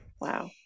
Wow